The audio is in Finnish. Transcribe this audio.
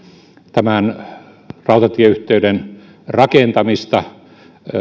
tämän rautatieyhteyden rakentamista